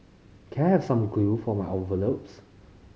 can I have some glue for my envelopes